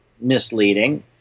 misleading